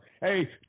Hey